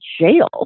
jail